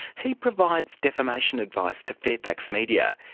he provides defamation advice to fairfax media.